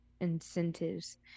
incentives